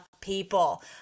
people